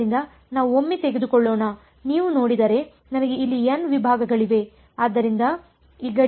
ಆದ್ದರಿಂದ ನಾವು ಒಮ್ಮೆ ತೆಗೆದುಕೊಳ್ಳೋಣ ನೀವು ನೋಡಿದರೆ ನನಗೆ ಇಲ್ಲಿ n ವಿಭಾಗಗಳಿವೆ